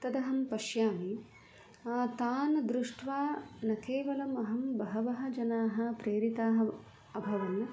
तदहं पश्यामि तान् दृष्ट्वा न केवलम् अहं बहवः जनाः प्रेरिताः अभवन्